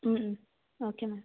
ഉം ഉം ഓക്കെ മാം